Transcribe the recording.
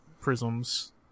Prisms